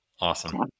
Awesome